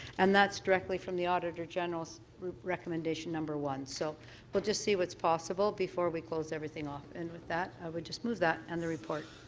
and that's directly from the auditor general's recommendation number one. so we'll just see what's possible before we close everything off. and with that i would just move that and the report.